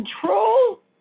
control